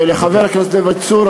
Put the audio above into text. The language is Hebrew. ולחבר הכנסת דוד צור,